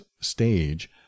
stage